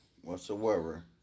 whatsoever